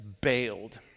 bailed